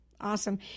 Awesome